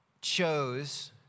chose